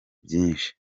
byinshi